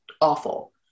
awful